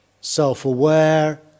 self-aware